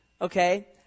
okay